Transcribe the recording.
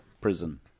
prison